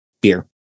beer